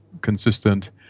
consistent